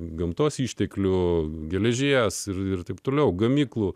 gamtos išteklių geležies ir ir taip toliau gamyklų